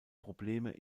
probleme